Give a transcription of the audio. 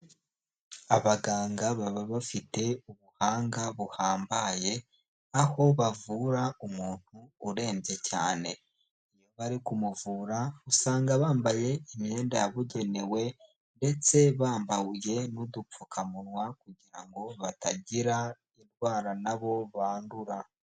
Abaganga baba bafite ubuhanga buhambaye, aho bavura umuntu urembye cyane, iyo bari kumuvura usanga bambaye imyenda yabugenewe ndetse bambaye n'udupfukamunwa kugira ngo batagira indwara nabo bandura.